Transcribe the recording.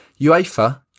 UEFA